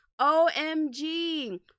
OMG